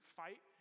fight